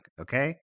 okay